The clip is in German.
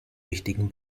wichtigen